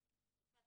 שלהם.